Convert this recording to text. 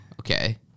Okay